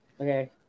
Okay